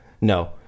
no